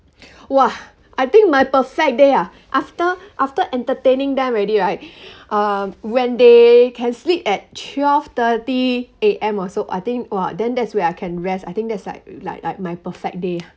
!wah! I think my perfect day ah after after entertaining them already right um when they can sleep at twelve thirty A_M also I think !wah! then that's where I can rest I think there's like like like my perfect day